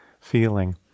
feeling